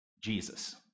Jesus